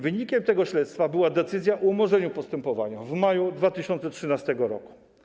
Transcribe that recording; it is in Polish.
Wynikiem tego śledztwa była decyzja o umorzeniu postępowania w maju 2013 r.